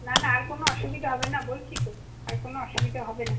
না না আর কোনো অসুবিধা হবে না বলছি তো আর কোনো অসুবিধা হবে না